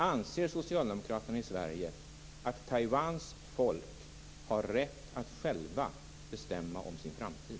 Anser Socialdemokraterna i Sverige att Taiwans folk har rätt att självt bestämma om sin framtid?